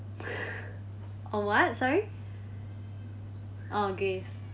on what sorry oh gifts